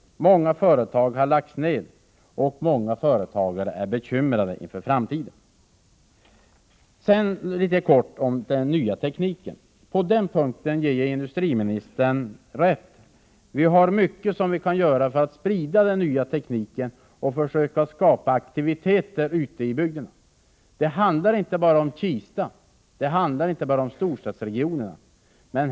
Många företag har lagts ned. Många företagare är bekymrade för framtiden. Sedan kort om den nya tekniken. På den punkten ger jag industriministern rätt. Vi kan göra mycket för att sprida den nya tekniken och försöka skapa aktivitet ute i bygderna. Det handlar inte bara om Kista och storstadsregionerna.